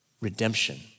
redemption